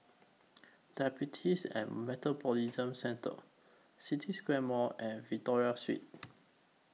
Diabetes and Metabolism Centre City Square Mall and Victoria Street